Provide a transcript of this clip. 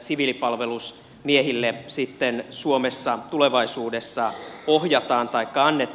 siviilipalvelusmiehille sitten suomessa tulevaisuudessa ohjataan taikka annetaan